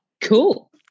Cool